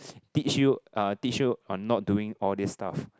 teach you uh teach you on not doing all these stuff